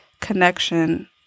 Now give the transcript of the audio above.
connection